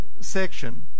section